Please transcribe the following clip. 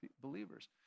believers